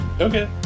Okay